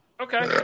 Okay